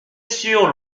sur